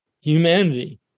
humanity